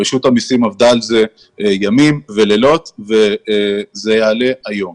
רשות המסים עבדה על זה ימים ולילות וזה יעלה היום